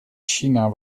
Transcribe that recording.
china